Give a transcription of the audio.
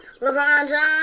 LeBron